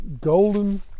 golden